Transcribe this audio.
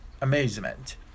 amazement